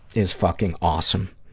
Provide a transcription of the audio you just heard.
is fucking awesome.